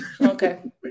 Okay